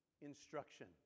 instruction